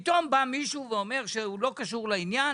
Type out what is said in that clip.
פתאום מישהו אומר שלא קשור לעניין.